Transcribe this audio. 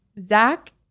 Zach